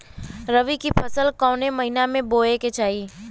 रबी की फसल कौने महिना में बोवे के चाही?